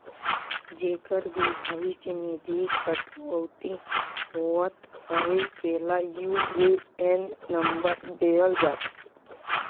जेकर भी भविस निधि कटउती होवत अहे तेला यू.ए.एन नंबर देहल जाथे